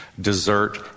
dessert